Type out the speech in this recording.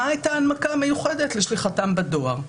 מה הייתה ההנמקה המיוחדת לשליחתם בדואר?